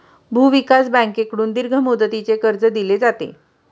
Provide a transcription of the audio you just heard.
भूविकास बँकेकडून दीर्घ मुदतीचे कर्ज दिले जाते